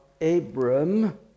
Abram